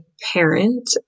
parent